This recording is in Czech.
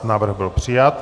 Návrh byl přijat.